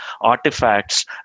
artifacts